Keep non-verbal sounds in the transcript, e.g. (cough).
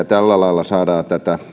(unintelligible) tällä lailla saadaan